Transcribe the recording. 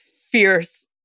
fierce